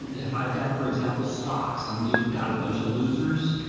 if i've got, for example, stocks, i'm doing, got a bunch of losers,